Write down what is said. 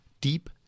Deep